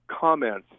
comments